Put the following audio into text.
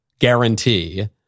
guarantee